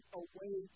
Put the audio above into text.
away